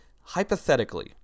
Hypothetically